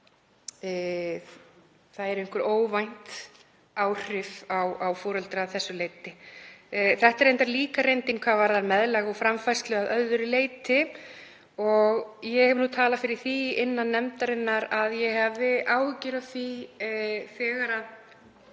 það séu einhver óvænt áhrif á foreldra að þessu leyti. Það er reyndar líka reyndin hvað varðar meðlag og framfærslu að öðru leyti og ég hef nú talað fyrir því innan nefndarinnar að ég hefði áhyggjur af því, þegar